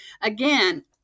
again